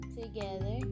together